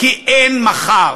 כי אין מחר.